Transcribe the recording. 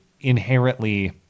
inherently